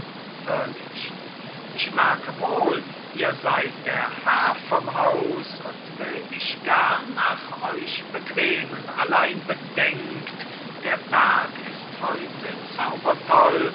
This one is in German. irrlicht ich merke wohl ihr seyd der herr vom haus und will mich gern nach euch bequemen allein bedenkt der berg ist heute